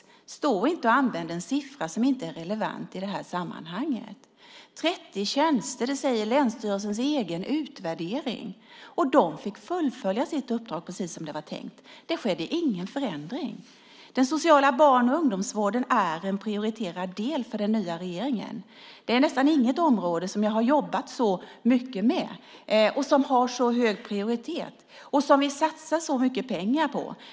Använd inte en siffra som inte är relevant i sammanhanget. 30 tjänster framgår av länsstyrelsens egen utvärdering. De fick fullfölja sitt uppdrag som var tänkt. Det skedde ingen förändring. Den sociala barn och ungdomsvården är en prioriterad del för den nya regeringen. Det är nästan inget område som jag har jobbat så mycket med, som har så hög prioritet och som vi satsar så mycket pengar på.